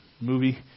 movie